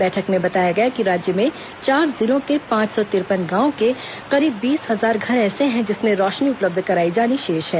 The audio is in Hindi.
बैठक में बताया गया कि राज्य में चार जिलों के पांच सौ तिरपन गांवों के करीब बीस हजार घर ऐसे हैं जिसमें रोशनी उपलब्ध करायी जानी शेष है